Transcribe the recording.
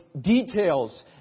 details